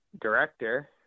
director